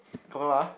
confirm ah